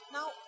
Now